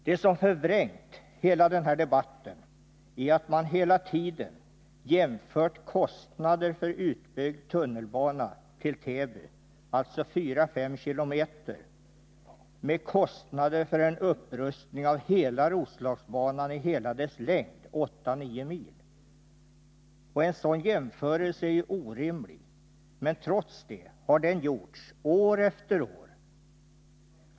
Det som förvrängt hela debatten är att man hela tiden jämfört kostnaderna för en tunnelbana utbyggd till Täby, alltså 4-5 km, med kostnaderna för en upprustning av Roslagsbanan i hela dess längd, 8-9 mil. En sådan jämförelse är orimlig, men trots det har den gjorts år efter år.